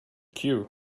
cue